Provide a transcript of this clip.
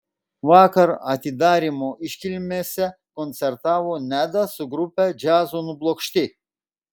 vakar atidarymo iškilmėse koncertavo neda su grupe džiazo nublokšti